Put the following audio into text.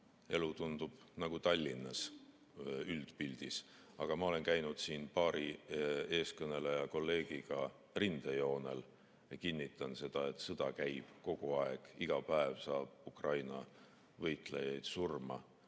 elu tundub nagu Tallinnas, üldpildis. Aga ma olen käinud paari eestkõneleja kolleegiga rindejoonel ja kinnitan seda, et sõda käib kogu aeg, iga päev saab Ukraina võitlejaid surma.